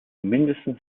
mindestens